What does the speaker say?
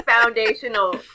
Foundational